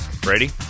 Brady